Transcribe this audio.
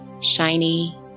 shiny